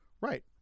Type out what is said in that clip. Right